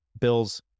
bills